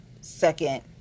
second